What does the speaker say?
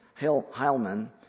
Heilman